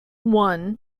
one